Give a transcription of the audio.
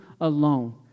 alone